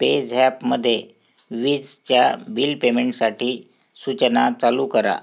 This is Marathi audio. पेझॅपमध्ये विजेच्या बिल पेमेंटसाठी सूचना चालू करा